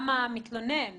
גם המתלונן